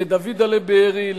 לדוידל'ה בארי,